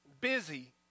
busy